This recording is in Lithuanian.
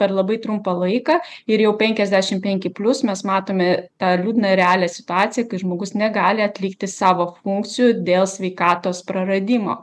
per labai trumpą laiką ir jau penkiasdešim penki plius mes matome tą liūdną ir realią situaciją kai žmogus negali atlikti savo funkcijų dėl sveikatos praradimo